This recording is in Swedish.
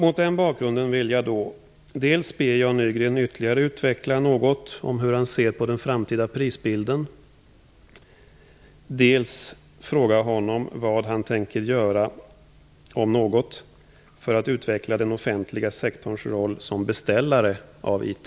Mot denna bakgrund vill jag dels be Jan Nygren ytterligare utveckla något om hur han ser på den framtida prisbilden, dels fråga honom vad han tänker göra, om något, för att utveckla den offentliga sektorn som beställare av IT.